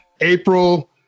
April